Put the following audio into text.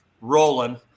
rolling